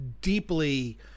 deeply